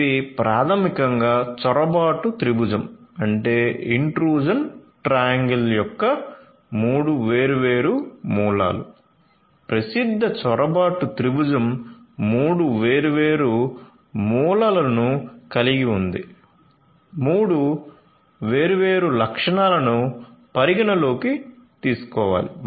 ఇది ప్రాథమికంగా చొరబాటు త్రిభుజం యొక్క 3 వేర్వేరు మూలలు ప్రసిద్ధ చొరబాటు త్రిభుజం మూడు వేర్వేరు మూలలను కలిగి ఉంది మూడు వేర్వేరు లక్షణాలను పరిగణనలోకి తీసుకోవాలి